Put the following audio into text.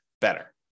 better